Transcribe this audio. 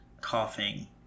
coughing